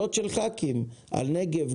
שאלות של ח"כים על נגב,